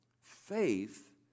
faith